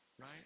right